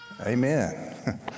amen